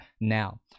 now